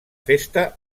festa